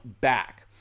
back